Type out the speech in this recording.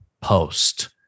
post